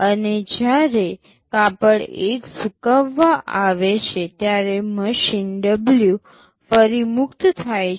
અને જ્યારે કાપડ 1 સૂકવવા આવે છે ત્યારે મશીન W ફરી મુક્ત થાય છે